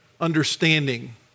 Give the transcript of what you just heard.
understanding